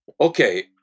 Okay